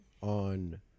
on